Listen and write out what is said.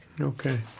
Okay